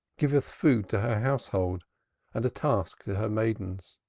giveth food to her household and a task to her maidens.